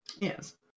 Yes